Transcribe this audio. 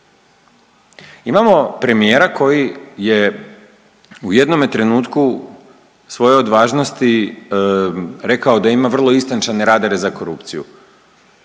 Imamo premijera koji je u jednome trenutku svoje odvažnosti rekao da ima vrlo istančane radare za korupciju